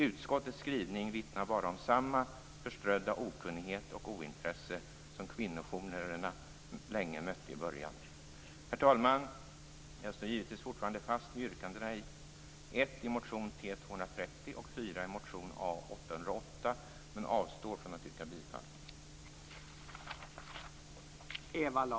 Utskottets skrivning vittnar bara om samma förströdda okunnighet och ointresse som kvinnojourerna länge mötte i början. Herr talman! Jag står givetvis fortfarande fast vid yrkandena 1 i motion T230 och 4 i motion A808 men avstår från att yrka bifall.